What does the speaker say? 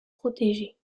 protégées